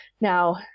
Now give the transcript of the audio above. now